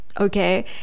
okay